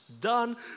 done